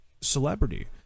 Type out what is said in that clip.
celebrity